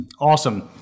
Awesome